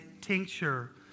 tincture